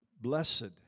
Blessed